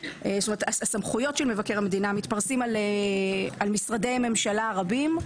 הסמכויות של מבקר המדינה מתפרסים על משרדי ממשלה רבים,